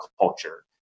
culture